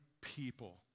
people